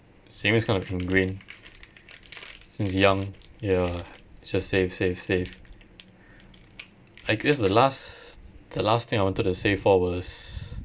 saving's kind of ingrained since young ya just save save save I guess the last the last thing I wanted to save for was